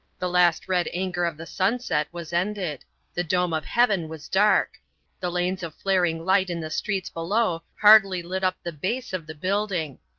the last red anger of the sunset was ended the dome of heaven was dark the lanes of flaring light in the streets below hardly lit up the base of the building.